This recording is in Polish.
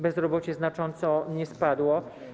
Bezrobocie znacząco nie spadło.